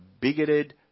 bigoted